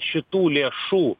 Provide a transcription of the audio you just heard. šitų lėšų